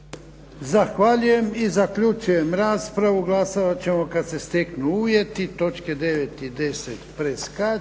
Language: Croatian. Zahvaljujem. Zaključujem raspravu. Glasovati ćemo kad se steknu uvjeti.